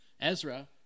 Ezra